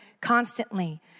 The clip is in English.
constantly